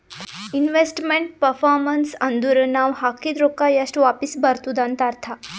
investment performance ಅಂದುರ್ ನಾವ್ ಹಾಕಿದ್ ರೊಕ್ಕಾ ಎಷ್ಟ ವಾಪಿಸ್ ಬರ್ತುದ್ ಅಂತ್ ಅರ್ಥಾ